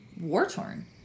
war-torn